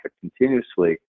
continuously